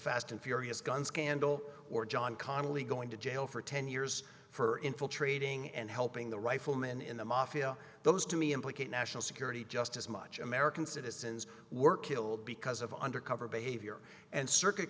fast and furious gun scandal or john connally going to jail for ten years for infiltrating and helping the rifleman in the mafia those to me implicate national security just as much american citizens were killed because of undercover behavior and circuit